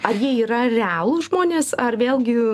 ar jie yra realūs žmonės ar vėlgi